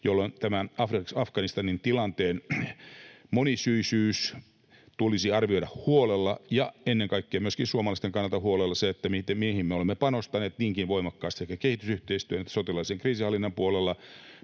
tämän Afganistanin tilanteen monisyisyys ja ennen kaikkea myöskin suomalaisten kannalta huolella se, mihin me olemme panostaneet niinkin voimakkaasti sekä kehitysyhteistyön että sotilaallisen kriisinhallinnan puolella,